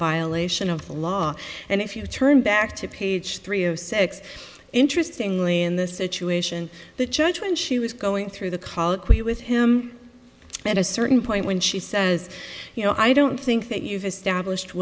violation of the law and if you turn back to page three of six interesting lee in this situation the judge when she was going through the colloquy with him at a certain point when she says you know i don't think that you've established